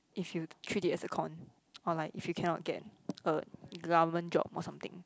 if you treat it as a con or like if you cannot get a government job or something